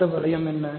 அடுத்த வளையும் என்ன